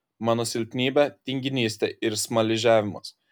mano silpnybė tinginystė ir smaližiavimas